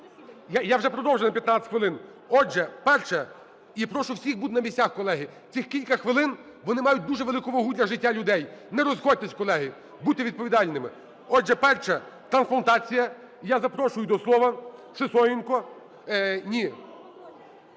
я вже продовжив на 15 хвилин. Отже, перше. І прошу всіх бути на місцях, колеги. Цих кілька хвилин, вони мають дуже велику вагу для життя людей. Нерозходьтесь, колеги, будьте відповідальними. Отже, перше – трансплантація. Я запрошую до